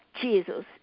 Jesus